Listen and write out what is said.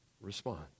respond